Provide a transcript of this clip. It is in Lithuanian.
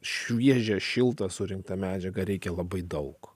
šviežią šiltą surinktą medžiagą reikia labai daug